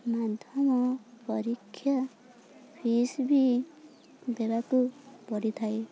ମାଧ୍ୟମ ପରୀକ୍ଷା ଫିସ୍ ବି ଦେବାକୁ ପଡ଼ିଥାଏ